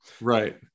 Right